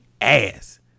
ass